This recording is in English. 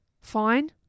fine